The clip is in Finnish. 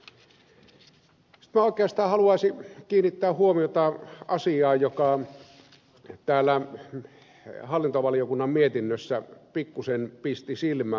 sitten minä oikeastaan haluaisin kiinnittää huomiota asiaan joka hallintovaliokunnan mietinnössä pikkuisen pisti silmääni